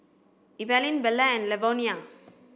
Evaline Belle and Lavonia